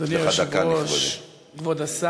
דיון בוועדת, טוב.